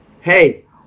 Hey